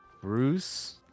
Bruce